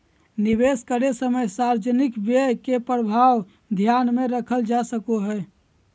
निवेश करे समय सार्वजनिक व्यय के प्रभाव ध्यान में रखल जा सको हइ